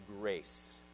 grace